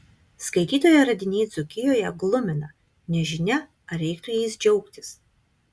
skaitytojo radiniai dzūkijoje glumina nežinia ar reiktų jais džiaugtis